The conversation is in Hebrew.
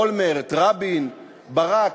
אולמרט, רבין, ברק.